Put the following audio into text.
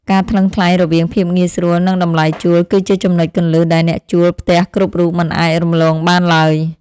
ការថ្លឹងថ្លែងរវាងភាពងាយស្រួលនិងតម្លៃជួល គឺជាចំណុចគន្លឹះដែលអ្នកជួលផ្ទះគ្រប់រូបមិនអាចរំលងបានឡើយ។